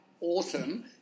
awesome